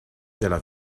della